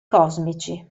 cosmici